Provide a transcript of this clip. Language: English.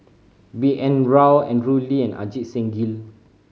B N Rao Andrew Lee and Ajit Singh Gill